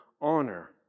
honor